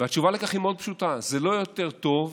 והתשובה לכך היא מאוד פשוטה: זה לא יותר טוב,